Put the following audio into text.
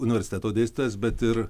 universiteto dėstytojas bet ir